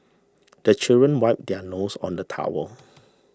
the children wipe their noses on the towel